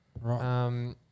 Right